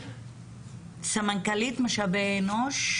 סמנכ"לית משאבי אנוש,